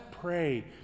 pray